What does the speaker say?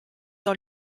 dans